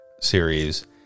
series